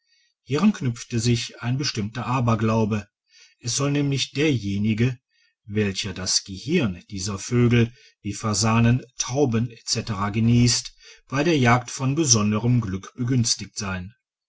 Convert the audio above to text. hieran knüpft sich ein bestimmter aberglaube es soll nämlich derjenige welcher das gehirn dieser vögel wie fasanen tauben etc geniesst bei der jagd von besonderem glück begünstigt sein